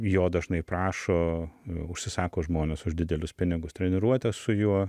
jo dažnai prašo užsisako žmonės už didelius pinigus treniruotes su juo